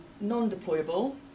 non-deployable